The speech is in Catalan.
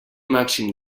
màxim